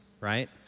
right